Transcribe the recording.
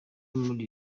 muri